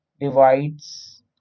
divides